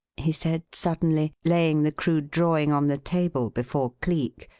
he said suddenly, laying the crude drawing on the table before cleek,